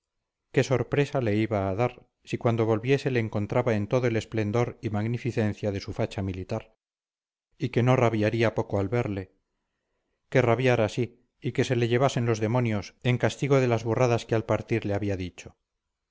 qué sorpresa le iba a dar si cuando volviese le encontraba en todo el esplendor y magnificencia de su facha militar y que no rabiaría poco al verle que rabiara sí y que se le llevasen los demonios en castigo de las burradas que al partir le había dicho